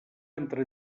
entre